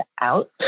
out